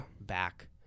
back